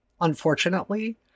unfortunately